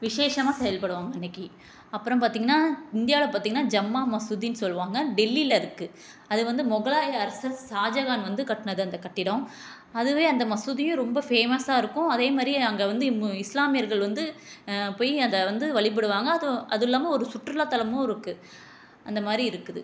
விசேஷமாக செயல்படுவாங்க அன்றைக்கி அப்பறம் பார்த்திங்கனா இந்தியாவில் பார்த்திங்கனா ஜம்மா மசூதினு சொல்லுவாங்க டெல்லியில் இருக்குது அதை வந்து முகலாய அரசு ஷாஜகான் வந்து கட்டினது அந்தக் கட்டிடம் அதுவே அந்த மசூதியும் ரொம்ப ஃபேமஸ்ஸாக இருக்கும் அதே மாரி அங்கே வந்து இஸ்லாமியர்கள் வந்து போய் அதை வந்து வழிபடுவாங்க அது அதுவுல்லாமல் ஒரு சுற்றுலாத் தலமும் இருக்குது அந்த மாதிரி இருக்குது